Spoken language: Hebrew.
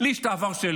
לי יש את העבר שלי,